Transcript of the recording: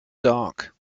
dark